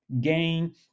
gain